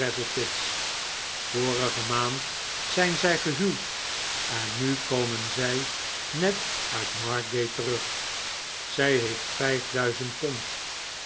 vorige maand zijn zijgehuwd en nu komen zij net uit margate terug zij heeft vijf duizend pond